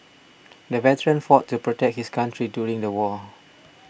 the veteran fought to protect his country during the war